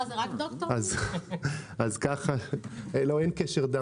ככה שהביאו אותו